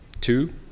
Two